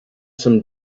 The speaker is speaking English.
some